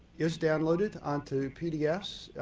is downloaded on to pdfs.